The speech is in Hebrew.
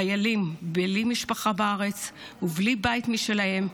חיילים בלי משפחה בארץ ובלי בית משלהם.